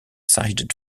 sided